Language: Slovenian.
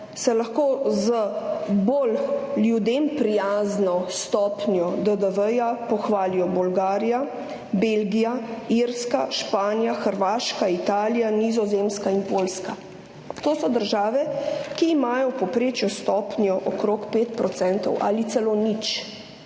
se lahko z ljudem bolj prijazno stopnjo DDV pohvalijo Bolgarija, Belgija, Irska, Španija, Hrvaška, Italija, Nizozemska in Poljska. To so države, ki imajo v povprečju stopnjo okoli 5 % ali celo nič.